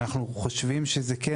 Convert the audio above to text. אנחנו חושבים שזה כן,